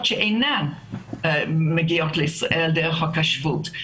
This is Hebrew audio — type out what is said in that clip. שאינן מגיעות לישראל דרך חוק השבות,